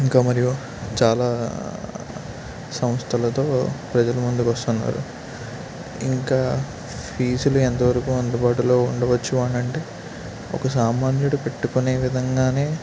ఇంకా మరియు చాలా సంస్థలతో ప్రజల ముందుకొస్తున్నారు ఇంకా ఫీజులు ఎంతవరకు అందుబాటులో ఉండవచ్చు అనంటే ఒక సామాన్యుడు పెట్టుకునే విధంగానే